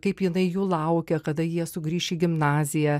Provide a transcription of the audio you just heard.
kaip jinai jų laukia kada jie sugrįš į gimnaziją